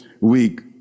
week